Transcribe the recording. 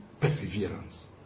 perseverance